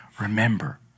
remember